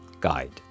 guide